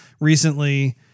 recently